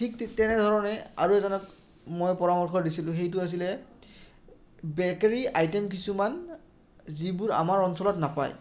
ঠিক ঠিক তেনেধৰণে আৰু এজনক মই পৰামৰ্শ দিছিলোঁ সেইটো আছিলে বেকাৰী আইটেম কিছুমান যিবোৰ আমাৰ অঞ্চলত নাপায়